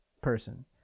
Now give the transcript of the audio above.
person